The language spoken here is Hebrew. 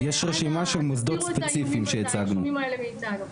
ואנא תסירו את האישומים האלה מאיתנו.